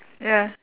ya